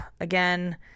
Again